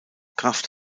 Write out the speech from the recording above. kraft